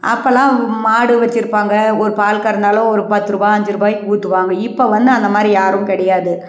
அப்போல்லாம் மாடு வைச்சிருப்பாங்க ஒரு பால் கறந்தாலோ ஒரு பத்துரூபா அஞ்சு ரூபாய்க்கு ஊற்றுவாங்க இப்போ வந்து அந்தமாதிரி யாரும் கிடையாது